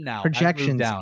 projections